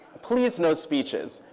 please no speeches.